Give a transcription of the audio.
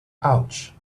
ouch